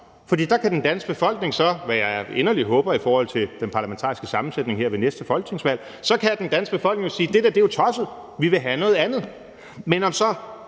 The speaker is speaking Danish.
for så kan den danske befolkning, hvad jeg inderligt håber i forhold til den parlamentariske sammensætning her ved næste folketingsvalg, jo sige: Det der er tosset, vi vil have noget andet. Men om så